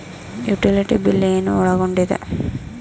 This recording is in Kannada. ಯುಟಿಲಿಟಿ ಬಿಲ್ ಏನು ಒಳಗೊಂಡಿದೆ?